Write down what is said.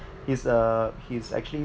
he's uh he's actually